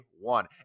one